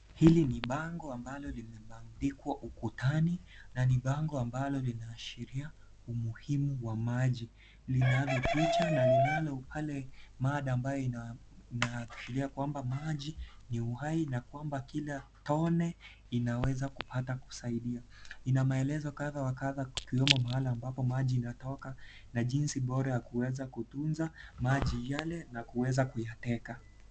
Hili ni bango ambalo limebandikwa ukutani na ni bango ambalo linaashiria umuhimu wa maji. Linalo picha na lilalo pale mada ambao inaongelea kwamba maji ni uhai na kwamba kila tone inaweza kupata kusaidia. Ina maelezo kadha wa kadha wakiwemo mahala ambapo maji inatoka na jinsi bora ya kuweza kutunza maji yale na kuweza kuyateka.